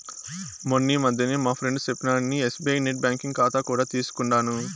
మొన్నీ మధ్యనే మా ఫ్రెండు సెప్పినాడని ఎస్బీఐ నెట్ బ్యాంకింగ్ కాతా కూడా తీసుకుండాను